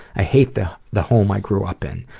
i hate the the home i grew up in.